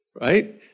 Right